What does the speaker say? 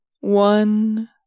one